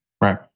Right